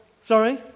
sorry